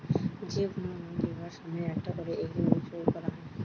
যে কুনো লোন লিবার সময় একটা কোরে এগ্রিমেন্ট সই কোরা হয়